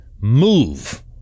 move